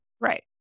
Right